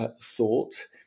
thought